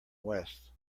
west